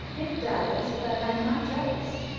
it does but i am not jealous,